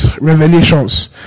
revelations